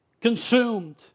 consumed